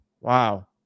Wow